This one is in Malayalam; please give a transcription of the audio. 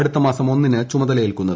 അടുത്ത മാസം ഒന്നിന് ചുമതലയേൽക്കുന്നത്